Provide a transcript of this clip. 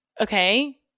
Okay